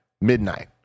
midnight